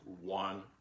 one